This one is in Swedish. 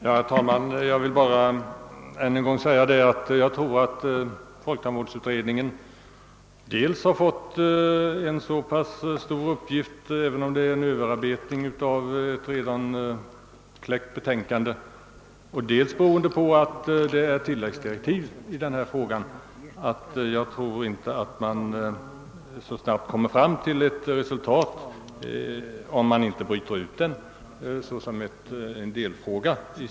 Herr talman! Jag vill än en gång påpeka att dels har folktandvårdsutredningen fått en mycket stor uppgift, även om det gäller en överarbetning av ett redan kläckt betänkande, dels föreligger det tilläggsdirektiv i denna fråga. Därför tror jag inte att utredningen så snabbt når fram till ett resultat, om inte frågan brytes ut såsom en delfråga.